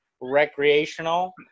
recreational